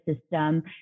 system